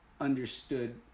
understood